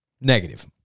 Negative